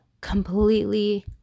completely